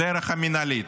הדרך המינהלית.